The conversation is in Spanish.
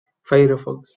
firefox